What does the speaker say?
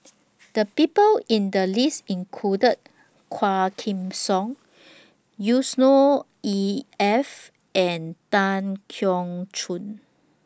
The People in The list included Quah Kim Song Yusnor E F and Tan Keong Choon